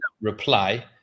reply